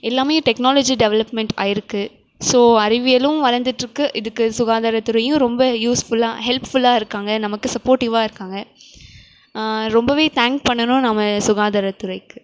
எல்லாமே technology development ஆயிருக்கு so அறிவியலும் வளர்ந்துட்யிருக்கு இதுக்கு சுகாதாரத்துறையும் ரொம்ப யூஸ்ஃபுல்லாக ஹெல்ப்ஃபுல்லாக இருக்காங்க நமக்கு சப்போட்டிவாக இருக்காங்க ரொம்பவே தேங்க் பண்ணனும் நம்ம சுகாதாரத்துறைக்கு